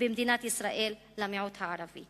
במדינת ישראל למיעוט הערבי.